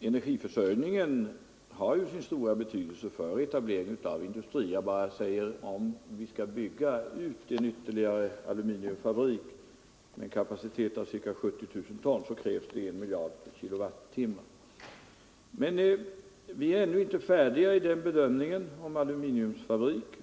energiförsörjningen har sin stora betydelse för etablering av industri. Om vi skall bygga ut en ytterligare aluminiumfabrik med kapacitet av ca 70 000 ton, så krävs det I miljard Men vi är ännu inte färdiga med bedömningen av frågan om aluminiumfabriken.